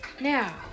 Now